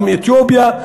לא מאתיופיה,